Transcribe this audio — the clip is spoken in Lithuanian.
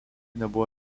nebuvo